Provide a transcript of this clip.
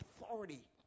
authority